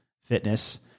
fitness